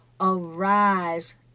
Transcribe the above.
Arise